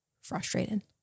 frustrated